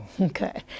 Okay